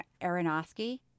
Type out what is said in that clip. Aronofsky